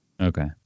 Okay